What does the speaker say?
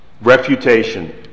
refutation